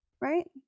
Right